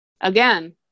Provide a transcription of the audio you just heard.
again